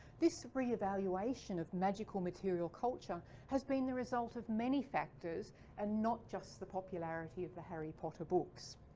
this reevaluation of magical material culture has been the result of many factors and not just the popularity of the harry potter books.